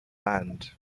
land